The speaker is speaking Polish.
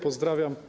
Pozdrawiam.